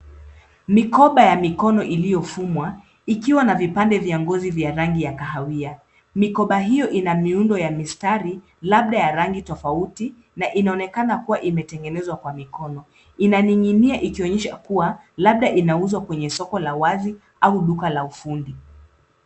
Mikoba ya mikono iliyofumwa, ikiwa na vipande vya ngozi vya rangi ya kahawia. Mikoba hiyo ina miundo ya mistari, labda ya rangi tofauti na inaonekana kuwa imetengenezwa kwa mikono. Inaning'inia ikionyesha kuwa, labda inauzwa kwenye soko la wazi, au duka la ufundi.